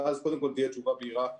ואז קודם כול, תהיה תשובה מהירה לכולם.